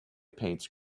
paints